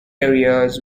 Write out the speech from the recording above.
areas